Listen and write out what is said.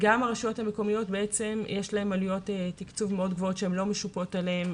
לרשויות המקומיות יש עלויות תקצוב מאוד גבוהות שהן לא משופות עליהן,